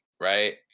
right